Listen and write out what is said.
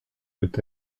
peut